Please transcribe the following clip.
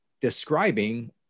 describing